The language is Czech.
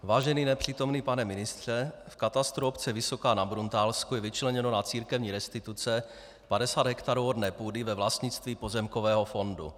Vážený nepřítomný pane ministře, v katastru obce Vysoká na Bruntálsku je vyčleněno na církevní restituce 50 hektarů orné půdy ve vlastnictví Pozemkového fondu.